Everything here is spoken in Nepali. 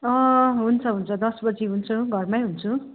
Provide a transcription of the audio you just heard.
अँ हुन्छ हुन्छ दस बजी हुन्छु घरमै हुन्छु